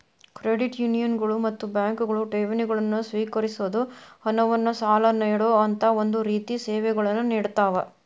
credit ಯೂನಿಯನ್ಗಳು ಮತ್ತ ಬ್ಯಾಂಕ್ಗಳು ಠೇವಣಿಗಳನ್ನ ಸ್ವೇಕರಿಸೊದ್, ಹಣವನ್ನ್ ಸಾಲ ನೇಡೊಅಂತಾ ಒಂದ ರೇತಿ ಸೇವೆಗಳನ್ನ ನೇಡತಾವ